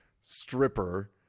stripper